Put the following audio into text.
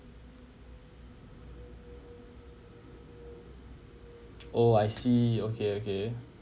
oh I see okay okay